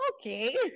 Okay